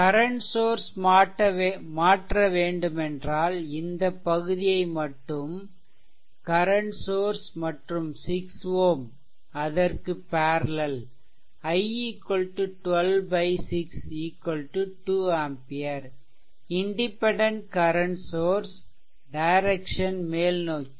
current source மாற்ற வேண்டுமென்றால் இந்த பகுதியை மட்டும் கரன்ட் சோர்ஸ் மற்றும் 6 Ω அதற்கு parallel 12 6 2 ampere independent current source direction மேல்நோக்கி